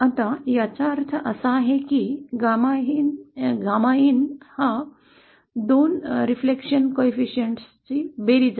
आता याचा अर्थ असा आहे की GAMAin हे २ प्रतिबिंबांची बेरीज आहे